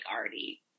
already